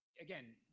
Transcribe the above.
Again